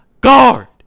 Guard